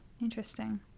Interesting